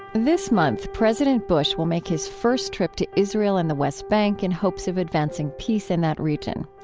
this month, president bush will make his first trip to israel and the west bank in hopes of advancing peace in that region.